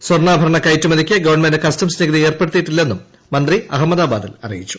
സ്വർണ്ണാഭരണ കയറ്റുമതിയ്ക്ക് government customs നികുതി ഏർപ്പെടുത്തിയിട്ടില്ലെന്നും മന്ത്രി അഹമ്മദാബാദിൽ അറിയിച്ചു